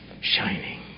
shining